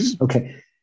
Okay